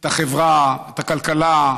את החברה, את הכלכלה,